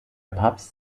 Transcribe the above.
papst